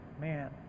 man